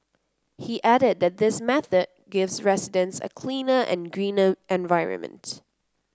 he added that this method gives residents a cleaner and greener environment